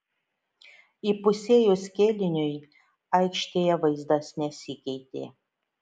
įpusėjus kėliniui aikštėje vaizdas nesikeitė